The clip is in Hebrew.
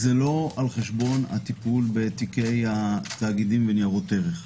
זה לא על חשבון הטיפול בתיקי התאגידים וניירות ערך.